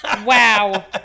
Wow